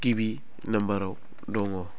गिबि नाम्बाराव दङ